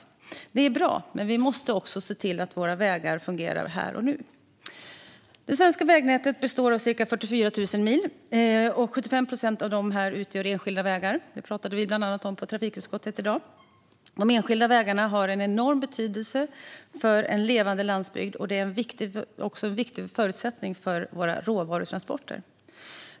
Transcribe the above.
Detta är bra, men vi måste också se till att våra vägar fungerar här och nu. Det svenska vägnätet består av ca 44 000 mil, och 75 procent av dem är enskilda vägar. Det pratade vi bland annat om i trafikutskottet i dag. De enskilda vägarna har en enorm betydelse för att landsbygden ska kunna leva, och de är också en viktig förutsättning för våra råvarutransporter.